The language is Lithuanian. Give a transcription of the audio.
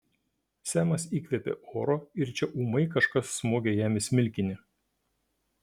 semas įkvėpė oro ir čia ūmai kažkas smogė jam į smilkinį